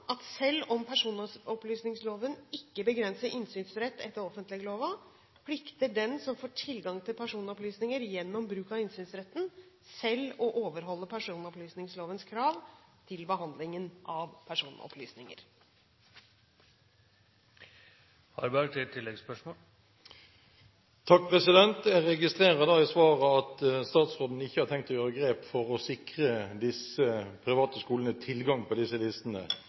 at selv om personopplysningsloven ikke begrenser innsynsrett etter offentleglova, plikter den som får tilgang til personopplysninger gjennom bruk av innsynsretten, selv å overholde personopplysningslovens krav til behandling av personopplysninger. Jeg registrerer av svaret at statsråden ikke har tenkt å ta grep for å sikre disse private skolene tilgang til disse listene.